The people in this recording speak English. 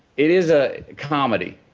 it is a comedy.